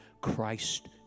Christ